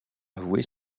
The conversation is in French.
avouer